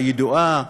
הידועה